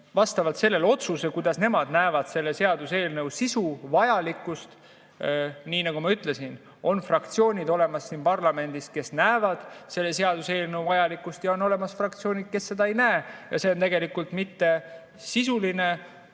vastavalt sellele otsuse, kuidas nemad näevad selle seaduseelnõu sisu vajalikkust. Nii nagu ma ütlesin, on fraktsioonid olemas siin parlamendis, kes näevad selle seaduseelnõu vajalikkust, ja on olemas fraktsioonid, kes seda ei näe. See on tegelikult sisuline